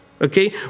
Okay